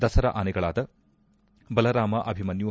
ದಸರಾ ಆನೆಗಳಾದ ಬಲರಾಮ ಅಭಿಮನ್ಯು